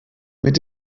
mit